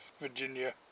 Virginia